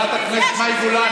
חברת הכנסת מאי גולן,